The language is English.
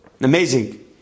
Amazing